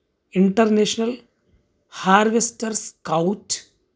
international harvesters scout